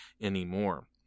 anymore